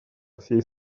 всей